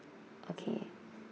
okay